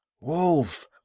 wolf